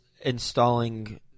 installing